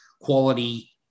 quality